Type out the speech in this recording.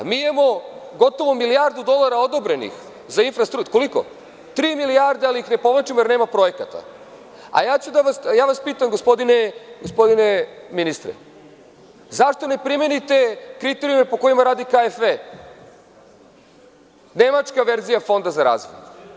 Mi imamo gotovo milijardu dolara odobrenih za infrastrukturu, tri milijarde, ali ih ne povlačimo jer nema projekata, a ja vas pitam gospodine ministre -zašto ne primenite kriterijume po kojima rade KFT, nemačka verzija Fonda za razvoj?